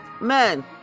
men